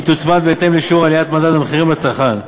היא תוצמד בהתאם לשיעור עליית מדד המחירים לצרכן.